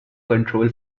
control